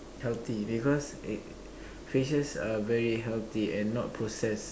healthy because it fishes are very healthy and not processed